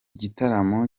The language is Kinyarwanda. gitaramo